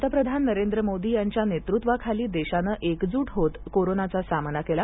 पंतप्रधान नरेंद्र मोदी यांच्या नेतृत्वाखाली देशानं एकजूट होत कोरोनाचा सामना केला